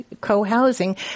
co-housing